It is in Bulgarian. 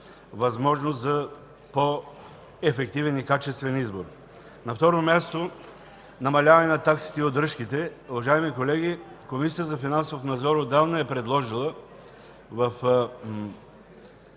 възможност за по-ефективен и качествен избор. На второ място, намаляване на таксите и удръжките. Уважаеми колеги, Комисията по финансов надзор отдавна е предложила в